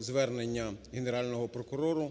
звернення Генерального прокурора,